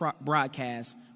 broadcast